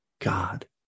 God